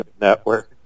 network